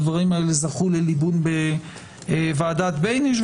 הדברים האלה זכו לליבון בוועדת בייניש,